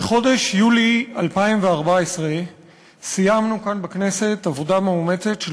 בחודש יולי 2014 סיימנו כאן בכנסת עבודה מאומצת של